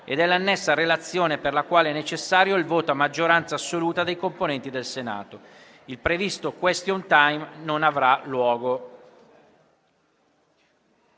e dell'annessa Relazione, per la quale è necessario il voto a maggioranza assoluta dei componenti del Senato. Il previsto *question time* non avrà luogo.